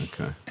okay